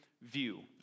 view